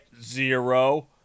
Zero